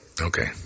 okay